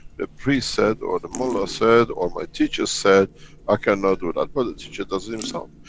the priest said, or the mullah said, or my teachers said i cannot do that, well the teacher does it himself.